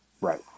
Right